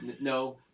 No